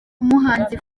umuhanzi